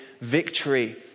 victory